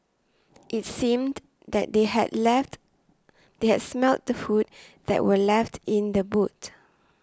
it seemed that they had left the smelt the food that were left in the boot